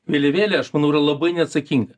vėliavėle aš manau labai neatsakinga